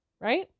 Right